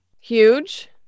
Huge